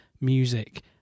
music